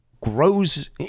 grows